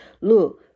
look